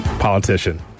politician